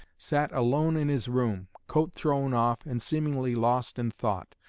sat alone in his room, coat thrown off, and seemingly lost in thought,